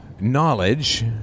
knowledge